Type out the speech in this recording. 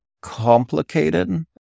complicated